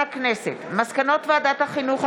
מסקנות ועדת החינוך,